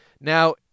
Now